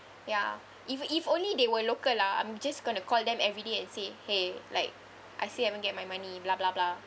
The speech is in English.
ya if if only they were local ah I'm just going to call them everyday and say !hey! like I still haven't get my money blah blah blah